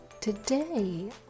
Today